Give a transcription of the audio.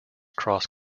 cross